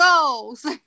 goals